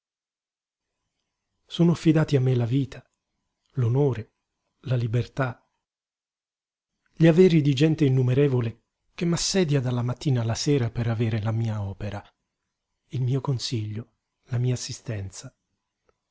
sono affidati a me la vita l'onore la libertà gli averi di gente innumerevole che m'assedia dalla mattina alla sera per avere la mia opera il mio consiglio la mia assistenza